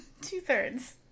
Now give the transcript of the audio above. Two-thirds